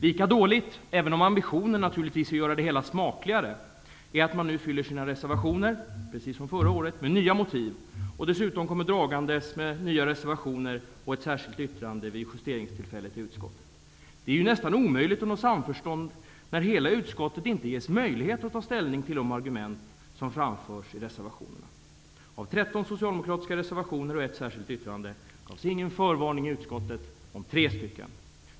Lika dåligt -- även om ambitionen naturligtvis är att göra det hela smakligare -- är att de nu fyller sina reservationer, precis som förra året, med nya motiv. Dessutom kom de dragande med nya reservationer och ett särskilt yttrande vid justeringstillfället i utskottet. Det är ju nästan omöjligt att nå samförstånd när hela utskottet inte ges möjlighet att ta ställning till de argument som framförs i reservationerna. Av 13 socialdemokratiska reservationer och ett särskilt yttrande gavs ingen förvarning i utskottet om tre.